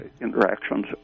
interactions